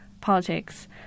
politics